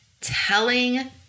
telling